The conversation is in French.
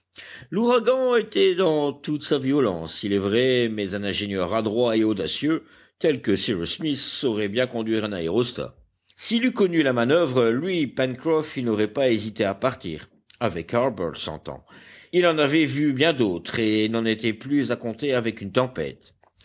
l'ouragan était dans toute sa violence il est vrai mais un ingénieur adroit et audacieux tel que cyrus smith saurait bien conduire un aérostat s'il eût connu la manoeuvre lui pencroff il n'aurait pas hésité à partir avec harbert s'entend il en avait vu bien d'autres et n'en était plus à compter avec une tempête